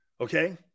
Okay